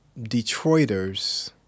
Detroiters